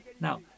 Now